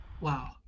Wow